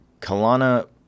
Kalana